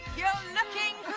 you're looking